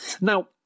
Now